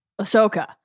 Ahsoka